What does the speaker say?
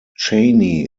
chaney